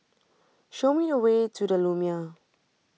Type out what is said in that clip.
show me the way to the Lumiere